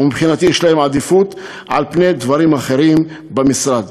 ומבחינתי יש להם עדיפות על פני דברים אחרים במשרד.